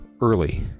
Early